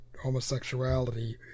homosexuality